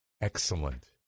excellent